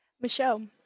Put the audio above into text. Michelle